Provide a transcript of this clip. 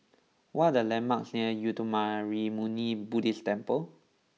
what are the landmarks near Uttamayanmuni Buddhist Temple